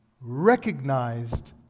recognized